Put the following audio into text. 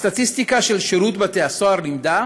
הסטטיסטיקה של שירות בתי הסוהר לימדה